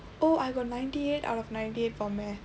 oh I got ninety eight out of ninety eight for math